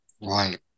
Right